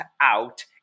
out